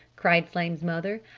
cried flame's mother.